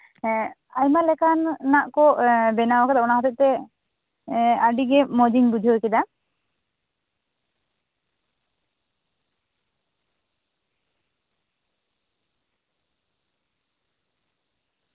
ᱮᱸᱜ ᱟᱭᱢᱟ ᱞᱮᱠᱟᱱ ᱨᱮᱱᱟᱜ ᱠᱚ ᱵᱮᱱᱟᱣ ᱟᱠᱟᱫᱟ ᱚᱱᱟ ᱦᱚᱛᱮᱡ ᱛᱮ ᱮᱸᱜ ᱟᱹᱰᱤ ᱜᱮ ᱢᱚᱸᱡᱤᱧ ᱵᱩᱡᱷᱟᱹᱣ ᱠᱮᱫᱟ